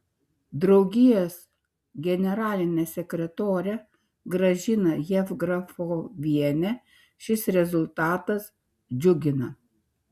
draugijos generalinę sekretorę gražiną jevgrafovienę šis rezultatas džiugina